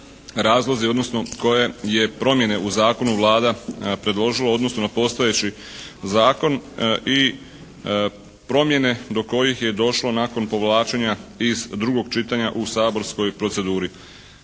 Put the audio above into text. razlozi odnosno koje je promijene u zakonu Vlada predložila odnosno na postojeći zakon i promjene do kojih je došlo nakon povlačenja iz drugog čitanja u saborskoj proceduri.